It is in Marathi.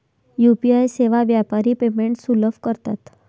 यू.पी.आई सेवा व्यापारी पेमेंट्स सुलभ करतात